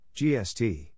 GST